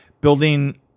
building